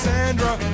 Sandra